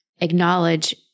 acknowledge